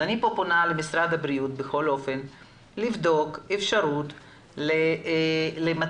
אני כאן פונה למשרד הבריאות לבדוק אפשרות למתן